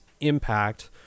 impact